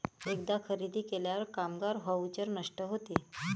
एकदा खरेदी केल्यावर कामगार व्हाउचर नष्ट होते